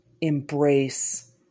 embrace